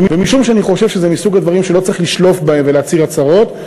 ומשום שאני חושב שזה מסוג הדברים שלא צריך לשלוף בהם ולהצהיר הצהרות,